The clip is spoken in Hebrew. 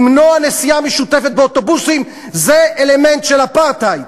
למנוע נסיעה משותפת באוטובוסים זה אלמנט של אפרטהייד,